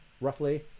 roughly